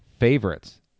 Favorites